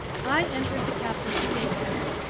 i entered the captain's stateroom.